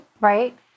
right